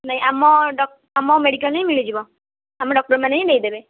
ନାଇଁ ଆମ ଆମ ମେଡ଼ିକାଲରେ ହିଁ ମିଳିଯିବ ଆମ ଡ଼କ୍ଟର ମାନେ ହିଁ ଦେଇଦେବେ